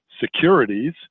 securities